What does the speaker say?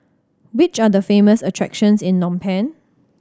which are the famous attractions in Phnom Penh